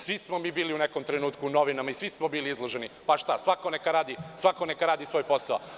Svi smo mi bili u nekom trenutku u novinama i svi smo bili izloženi, pa šta, svako neka radi svoj posao.